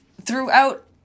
throughout